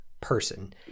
person